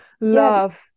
love